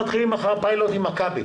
הם מתחילים כבר מחר פיילוט עם מכבי.